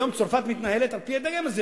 היום צרפת מתנהלת על-פי הדגם הזה,